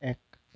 এক